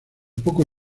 poco